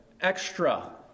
extra